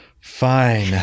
fine